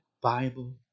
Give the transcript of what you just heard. bible